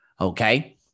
Okay